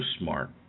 smart